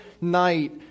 night